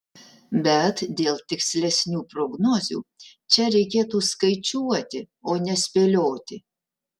bet dėl tikslesnių prognozių čia reikėtų skaičiuoti o ne spėlioti